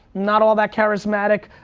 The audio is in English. not all that charismatic,